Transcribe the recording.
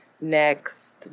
next